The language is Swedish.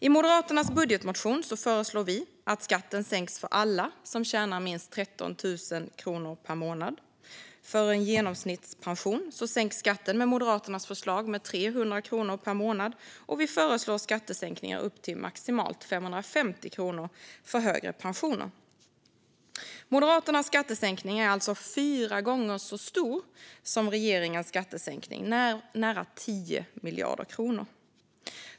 I Moderaternas budgetmotion föreslår vi att skatten sänks för alla som tjänar minst 13 000 kronor per månad. På en genomsnittspension sänks skatten med Moderaternas förslag med 300 kronor per månad, och vi föreslår skattesänkningar upp till maximalt 550 kronor på högre pensioner. Moderaternas skattesänkning är alltså fyra gånger så stor som regeringens skattesänkning - nära 10 miljarder kronor.